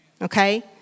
Okay